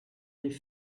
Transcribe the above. des